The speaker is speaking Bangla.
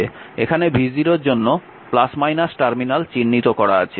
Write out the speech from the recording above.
এখানে v0 এর জন্য টার্মিনাল চিহ্নিত করা আছে